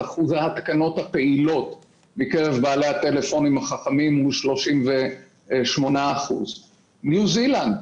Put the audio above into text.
ואחוז ההתקנות הפעילות מקרב בעלי הטלפונים החכמים הוא 38%. בניו זילנד,